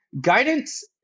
Guidance